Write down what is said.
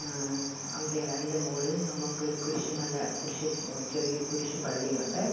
അവിടെ അതിൻ്റെ മുകളിൽ നമ്മള്ക്കൊരു കുരിശുമല കുരിശ് ചെറിയൊരു കുരിശ് പള്ളിയുണ്ട്